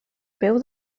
peu